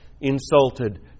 insulted